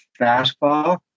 fastball